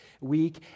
week